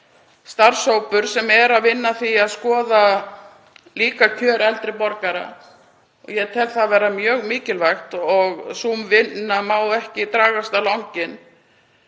starfshópur sem er að vinna að því að skoða kjör eldri borgara. Ég tel það vera mjög mikilvægt og sú vinna má ekki dragast á langinn.